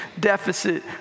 deficit